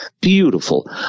beautiful